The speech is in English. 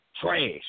trash